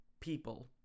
people